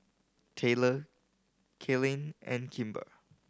Tayler Kaylynn and Kimber